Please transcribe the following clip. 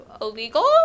illegal